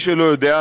מי שלא יודע,